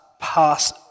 pass